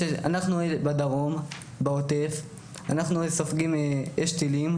אנחנו בדרום, בעוטף, אנחנו סופגים אש טילים